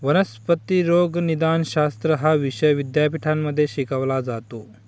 वनस्पती रोगनिदानशास्त्र हा विषय विद्यापीठांमध्ये शिकवला जातो